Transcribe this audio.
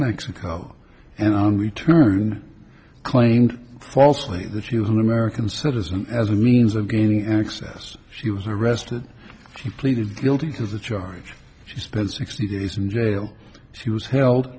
mexico and on return claimed falsely that you who american citizen as a means of gaining access she was arrested she pleaded guilty to the charge she spent sixty days in jail she was held